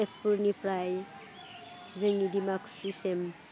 तेजपुरनिफ्राय जोंनि डिमाकुसिसिम